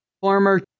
former